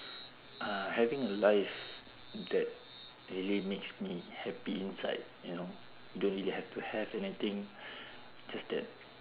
uh having a life that really makes me happy inside you know you don't need to have to have anything just that